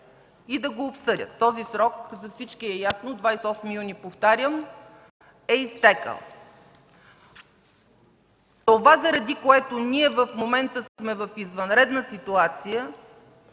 и да го обсъдят. Този срок за всички е ясно – 28 юни, повтарям, е изтекъл. Това, заради което ние в момента сме в извънредна ситуация,